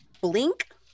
blink